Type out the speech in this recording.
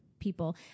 people